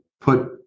put